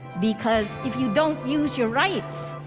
because if you don't use your rights,